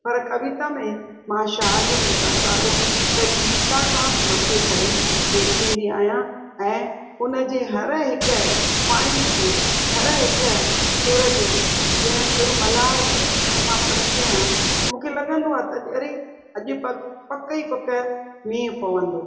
पर कविता में मां शाह जो रसालो त गीता खां बि मथे करे लेखींदी आहियां ऐं उन जे हर हिकु पाईंट ते हर हिकु सुर जो जंहिं सुर मल्हार बि अगरि मां पढ़ंदी आहियां त मूंखे लॻंदो आहे त अरे अॼु पकु ई पकु मींहुं पवंदो